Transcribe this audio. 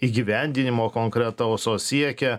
įgyvendinimo konkretaus o siekia